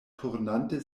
turnante